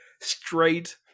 straight